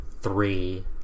three